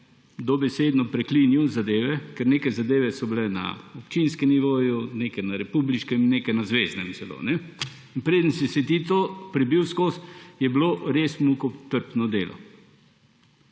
dobesedno preklinjal zadeve, ker neke zadeve so bile na občinskem nivoju, neke na republiškem, neke na zveznem celo. In preden si se prebil skozi, je bilo res mukotrpno delo.